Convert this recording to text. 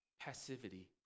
Passivity